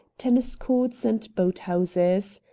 tennis courts, and boat-houses.